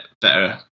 better